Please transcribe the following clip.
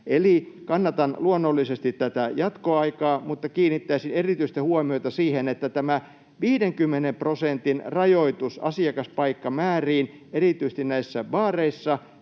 Eli kannatan luonnollisesti tätä jatkoaikaa, mutta kiinnittäisin erityistä huomiota siihen, että tämä 50 prosentin rajoitus asiakaspaikkamääriin erityisesti näissä baareissa